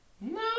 No